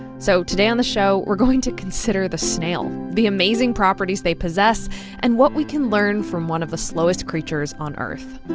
so today on the show, we're going to consider the snail the amazing properties they possess and what we can learn from one of the slowest creatures on earth